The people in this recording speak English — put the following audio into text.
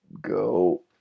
go